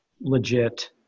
legit